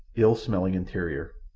ill-smelling interior.